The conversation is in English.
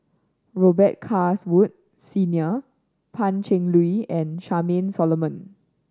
Robet Carr's Wood Senior Pan Cheng Lui and Charmaine Solomon